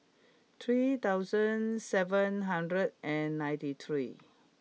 three thousand seven hundred and ninety three